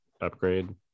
upgrade